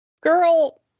girl